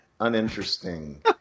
uninteresting